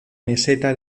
meseta